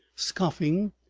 scoffing,